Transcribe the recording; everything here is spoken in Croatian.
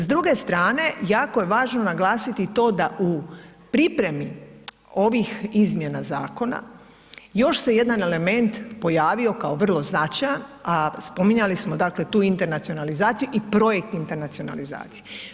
S druge strane jako je važno naglasiti to da u pripremi ovih izmjena zakona još se jedan element pojavio kao vrlo značajan, a spominjali smo dakle tu internacionalizaciju i projekt internacionalizacije.